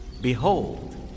Behold